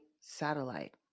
Satellite